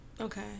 okay